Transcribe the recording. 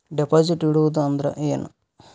Deposit ಇಡುವುದು ಅಂದ್ರ ಏನ?